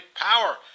power